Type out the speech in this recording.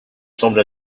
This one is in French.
semble